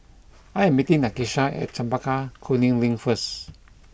I am meeting Nakisha at Chempaka Kuning Link first